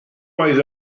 oedd